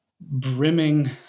brimming